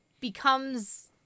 becomes